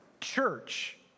church